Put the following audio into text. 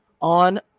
on